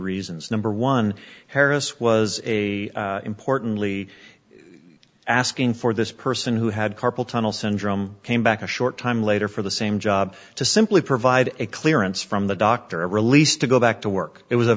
reasons number one harris was a importantly asking for this person who had carpal tunnel syndrome came back a short time later for the same job to simply provide a clearance from the doctor a release to go back to work it was a